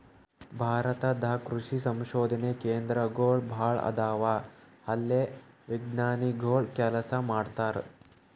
ಭಾರತ ದಾಗ್ ಕೃಷಿ ಸಂಶೋಧನೆ ಕೇಂದ್ರಗೋಳ್ ಭಾಳ್ ಅದಾವ ಅಲ್ಲೇ ವಿಜ್ಞಾನಿಗೊಳ್ ಕೆಲಸ ಮಾಡ್ತಾರ್